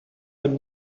would